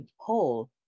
poll